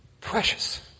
precious